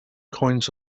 coins